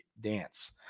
dance